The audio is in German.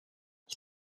ich